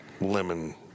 lemon